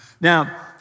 Now